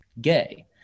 gay